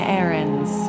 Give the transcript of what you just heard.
errands